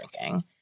drinking